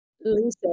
Lisa